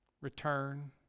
return